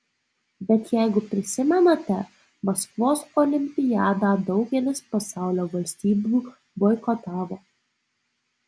bet jeigu prisimenate maskvos olimpiadą daugelis pasaulio valstybių boikotavo